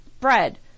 bread